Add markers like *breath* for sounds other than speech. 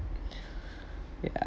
*breath* ya